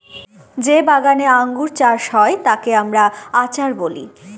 যে বাগানে আঙ্গুর চাষ হয় যাতে আমরা আচার বলি